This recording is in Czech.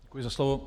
Děkuji za slovo.